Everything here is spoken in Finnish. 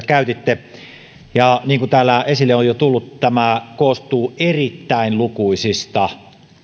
käytitte niin kuin täällä esille on jo tullut tämä koostuu erittäin lukuisista